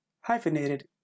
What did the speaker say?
hyphenated